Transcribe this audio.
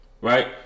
Right